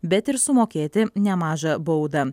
bet ir sumokėti nemažą baudą